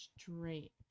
straight